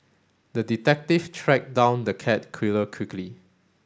the detective tracked down the cat killer quickly